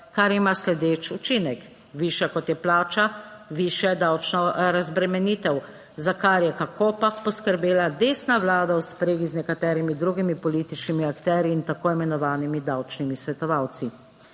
kar ima sledeč učinek, višja kot je plača, višja davčna razbremenitev. Za kar je kakopak poskrbela desna vlada v spregi z nekaterimi drugimi političnimi akterji in tako imenovanimi davčnimi svetovalci.